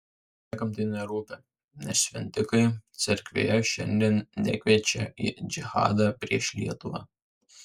niekam tai nerūpi nes šventikai cerkvėje šiandien nekviečia į džihadą prieš lietuvą